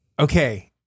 Okay